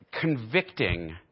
convicting